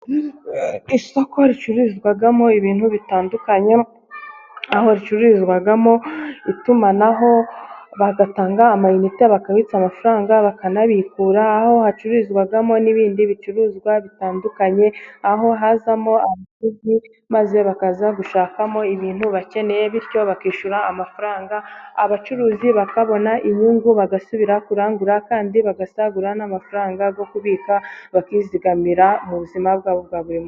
Isoko ricururizwamo ibintu bitandukanye aho ricururizwamo itumanaho bagatanga amayinite bakabitsa amafaranga bakanabikura. Aho hacururizwamo n'ibindi bicuruzwa bitandukanye, aho hazamo abakiriya maze bakaza gushakamo ibintu bakeneye bityo bakishyura amafaranga abacuruzi bakabona inyungu bagasubira kurangura kandi bagasagura n'amafaranga yo kubika bakizigamira mu buzima bwabo bwa buri munsi.